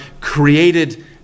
created